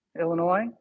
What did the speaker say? illinois